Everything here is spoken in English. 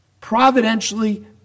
providentially